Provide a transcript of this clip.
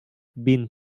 been